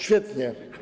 Świetnie.